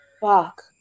fuck